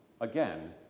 again